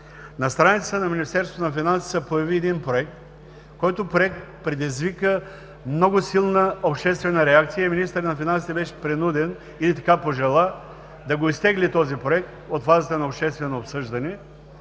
на страницата на Министерството на финансите се появи един Проект, който предизвика много силна обществена реакция и министърът на финансите беше принуден и пожела да изтегли Проекта от фазата на обществено обсъждане.